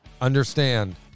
understand